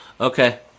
Okay